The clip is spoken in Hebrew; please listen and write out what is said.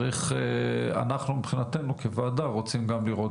ואנחנו מבחינתנו כוועדה רוצים גם לראות